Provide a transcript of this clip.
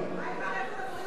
איפה מערכת הבריאות?